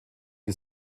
die